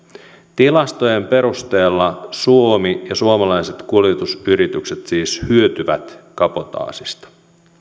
tilastojen perusteella suomi ja suomalaiset kuljetusyritykset siis hyötyvät kabotaasista